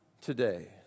today